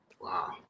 Wow